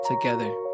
together